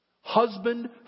Husband